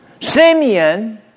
Simeon